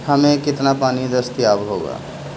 ہمیں کتنا پانی دستیاب ہوگا